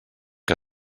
que